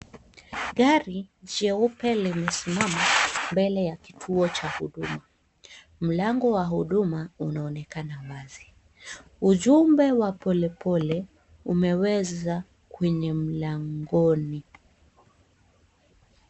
Gari cheupe limesimama mbele ya kituo cha huduma. Mlango wa huduma unaonekana wazi. Ujumbe wa polepole umeweza kwenye mlangoni.